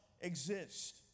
exist